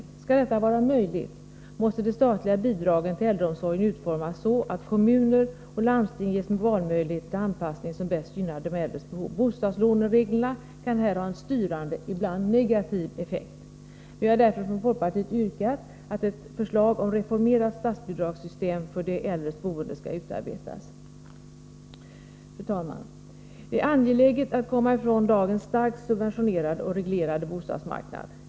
För att detta skall vara möjligt måste de statliga bidragen till äldreomsorgen utformas så, att kommuner och landsting ges möjligheter till val av den anpassning som bäst tillgodoser de äldres behov. Bostadslånereglerna kan här ha en styrande, och ibland negativ, effekt. Vi från folkpartiet har därför yrkat att ett förslag om ett reformerat statsbidragssystem för de äldres boende skall utarbetas. Fru talman! Det är angeläget att komma ifrån dagens starkt subventionerade och reglerade bostadsmarknad.